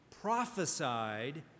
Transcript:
prophesied